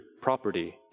property